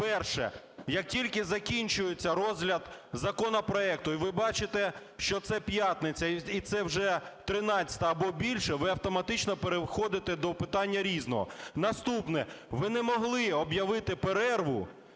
перше, як тільки закінчується розгляд законопроекту, і ви бачите, що це п'ятниця і це вже 13-а або більше, ви автоматично переходите до питання "Різного". Наступне. Ви не могли об'явити перерву